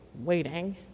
waiting